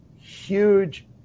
huge